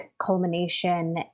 culmination